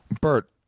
bert